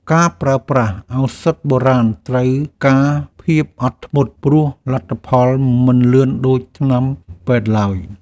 ការប្រើប្រាស់ឱសថបុរាណត្រូវការភាពអត់ធ្មត់ ព្រោះលទ្ធផលមិនលឿនដូចថ្នាំពេទ្យឡើយ។